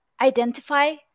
identify